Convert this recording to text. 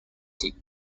take